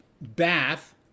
bath